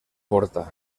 porta